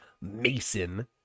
Mason